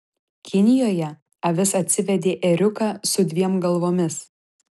kinijoje avis atsivedė ėriuką su dviem galvomis